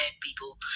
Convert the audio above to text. people